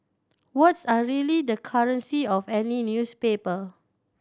words are really the currency of any newspaper